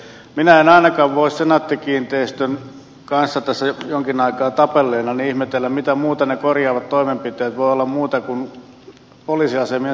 minä en ainakaan voi senaatti kiinteistöjen kanssa tässä jonkin aikaa tapelleena muuta kuin ihmetellä mitä muuta ne korjaavat toimenpiteet voivat olla kuin poliisiasemien sulkemisia